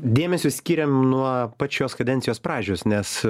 dėmesio skiriam nuo pačios kadencijos pradžios nes